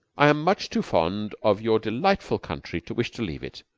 i am much too fond of your delightful country to wish to leave it.